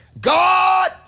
God